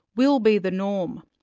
will be the norm.